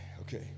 Okay